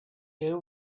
you